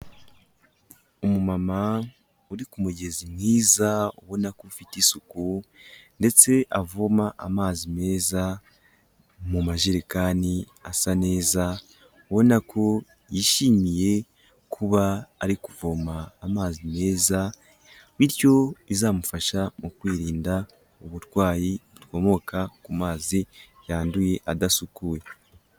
Umumama uri ku mugezi mwiza ubona ko ufite isuku, ndetse avoma amazi meza mu majerekani asa neza, ubona ko yishimiye kuba ari kuvoma amazi meza, bityo bizamufasha mu kwirinda uburwayi bukomoka ku mazi yanduye adasukuye.